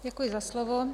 Děkuji za slovo.